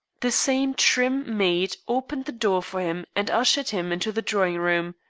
the same trim maid opened the door for him and ushered him into the drawing-room.